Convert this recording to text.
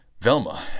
Velma